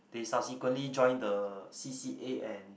they subsequently join the c_c_a and